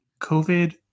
COVID